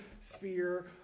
sphere